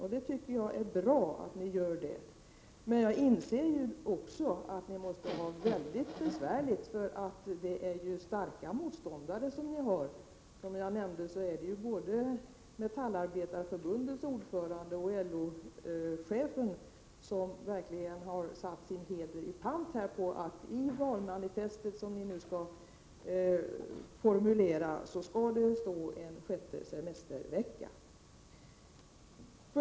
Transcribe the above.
Jag tycker att det är bra att ni gör det, men jag inser också att det är mycket besvärligt för er, eftersom ni har starka motståndare. Som jag nämnde, har både Metallarbetareförbundets ordförande och LO-chefen satt sin heder i pant på att det i det valmanifest som socialdemokraterna skall formulera skall finnas med en sjätte semestervecka.